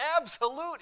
absolute